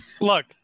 Look